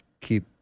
keep